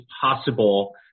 possible